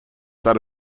that